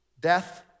Death